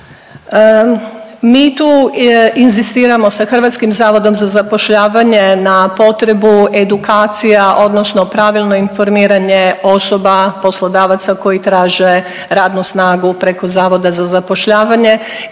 Mi tu inzistiramo sa HZZ-om na potrebu edukacija odnosno pravilno informiranje osoba, poslodavaca koji traže radnu snagu preko Zavoda za zapošljavanje